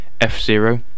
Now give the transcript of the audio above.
F-Zero